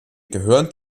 gehören